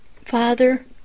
Father